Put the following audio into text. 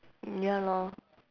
ya lor